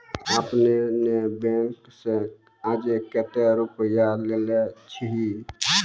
आपने ने बैंक से आजे कतो रुपिया लेने छियि?